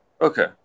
okay